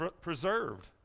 preserved